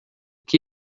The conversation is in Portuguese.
que